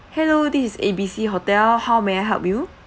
hello this is A_B_C hotel how may I help you